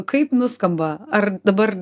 kaip nuskamba ar dabar